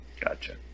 Gotcha